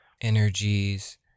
energies